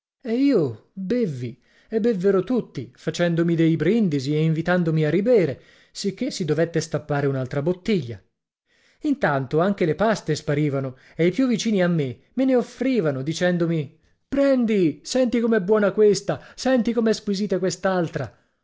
e io bevvi e bevvero tutti facendomi dei brindisi e invitandomi e ribere sicché si dovette stappare un'altra bottiglia intanto anche le paste sparivano e i più vicini a me ne offrivano dicendomi prendi senti com'è buona questa senti com'è squisita